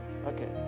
okay